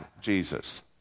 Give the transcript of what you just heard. Jesus